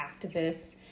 activists